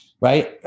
right